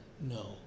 no